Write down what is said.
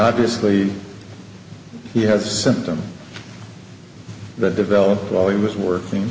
obviously he has a symptom that developed while he was working